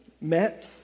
met